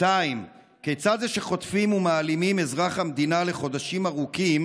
2. כיצד זה שחוטפים ומעלימים אזרח המדינה לחודשים ארוכים